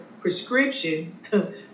prescription